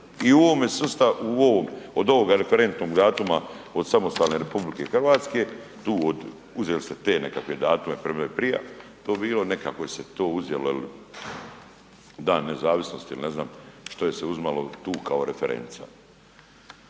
i u ovome sustavu, u ovom, od ovoga referentnog datuma od samostalne RH, tu od, uzeli ste te nekakve datume premda je prija to bilo, nekako je se to uzelo jel Dan nezavisnosti ili ne znam što je se uzimalo tu kao referenca.